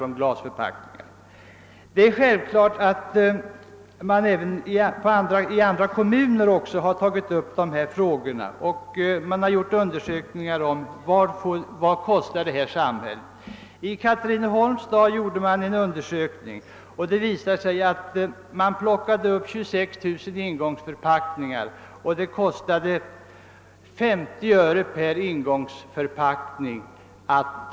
Naturligtvis har kommuner i andra delar av landet också tagit upp dessa frågor och undersökt vad engångsglasen kostar samhället. I Katrineholms stad plockade man upp 26 000 engångsförpackningar, och det arbetet kostade 50 öre per förpackning.